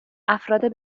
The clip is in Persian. افراد